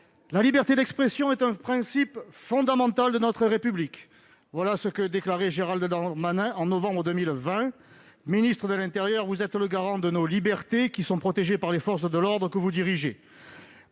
La liberté d'expression est un principe fondamental de notre République »: voilà ce que déclarait Gérald Darmanin en novembre 2020. Ministre de l'intérieur, vous êtes le garant de nos libertés, qui sont protégées par les forces de l'ordre, que vous dirigez.